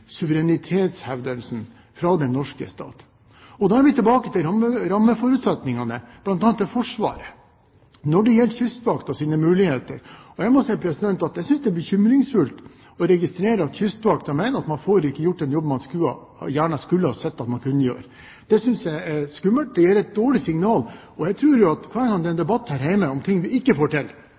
suverenitetshevdelsen fra den norske stats side. Da er vi tilbake til rammeforutsetningene, bl.a. til Forsvaret når det gjelder Kystvaktens muligheter. Jeg må si at jeg synes det er bekymringsfullt å registrere at Kystvakten mener at man ikke får gjort den jobben man gjerne skulle ha sett at man kunne gjøre. Det synes jeg er skummelt, og det gir et dårlig signal. Jeg tror at hver gang det er en debatt her hjemme om ting vi ikke får til,